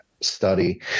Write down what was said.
study